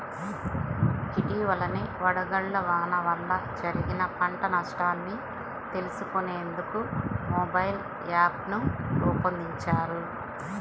ఇటీవలనే వడగళ్ల వాన వల్ల జరిగిన పంట నష్టాన్ని తెలుసుకునేందుకు మొబైల్ యాప్ను రూపొందించారు